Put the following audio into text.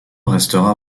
restera